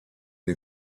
dei